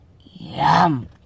yum